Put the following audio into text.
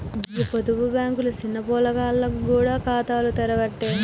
గీ పొదుపు బాంకులు సిన్న పొలగాండ్లకు గూడ ఖాతాలు తెరవ్వట్టే